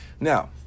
Now